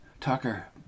Tucker